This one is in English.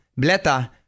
Bleta